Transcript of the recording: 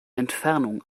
entfernung